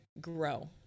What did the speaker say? grow